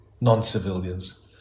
non-civilians